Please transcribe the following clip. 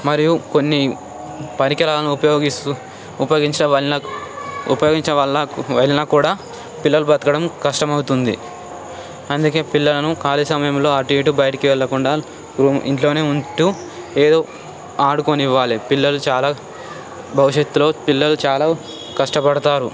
మరియు కొన్ని పరికరాలను ఉపయోగిస్తూ ఉపయోగించడం వలన ఉపయోగించిన వలన వలన కూడా పిల్లలు బ్రతకడం కష్టమవుతుంది అందుకే పిల్లలను ఖాళీ సమయంలో అటూ ఇటూ బయటకు వెళ్ళకుండా ఇంట్లోనే ఉంటూ ఏదో ఆడుకోనివ్వాలి పిల్లలు చాలా భవిష్యత్తులో పిల్లలు చాలా కష్టపడతారు